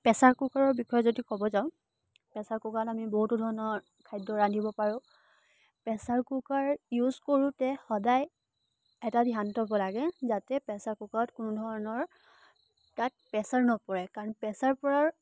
pressure কুকাৰৰ বিষয়ে যদি ক'ব যাওঁ প্ৰেছাৰ কুকাৰত আমি বহুতো ধৰণৰ খাদ্য ৰান্ধিব পাৰোঁ প্ৰেছাৰ কুকাৰ ইউজ কৰোঁতে সদায় এটা ধ্যান থ'ব লাগে যাতে প্ৰেছাৰ কুকাৰত কোনো ধৰণৰ তাত প্ৰেছাৰ নপৰে কাৰণ প্ৰেছাৰ পৰাৰ